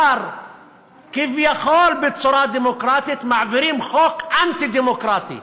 כביכול בצורה דמוקרטית מעבירים חוק אנטי-דמוקרטי.